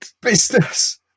business